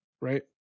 right